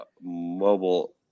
mobile